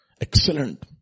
excellent